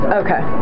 okay